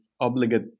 obligate